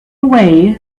way